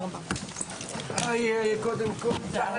הישיבה